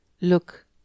Look